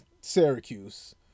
Syracuse